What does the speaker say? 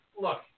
Look